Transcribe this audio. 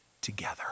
Together